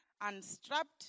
Unstrapped